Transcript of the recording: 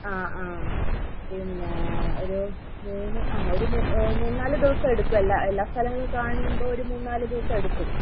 ആ ആ പിന്നെ ഒരു മൂന്ന് ആ ഒരു മൂ ഏ മൂന്ന് നാല് ദിവസം എടുക്കും എല്ലാ എല്ലാ സ്ഥലങ്ങളും കാണുമ്പോൾ ഒരു മൂന്ന് നാല് ദിവസം എടുക്കും